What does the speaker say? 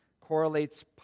correlates